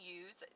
use